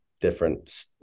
different